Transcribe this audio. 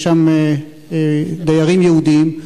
יש שם דיירים יהודים.